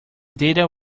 data